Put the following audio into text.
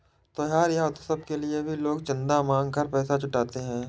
त्योहार या उत्सव के लिए भी लोग चंदा मांग कर पैसा जुटाते हैं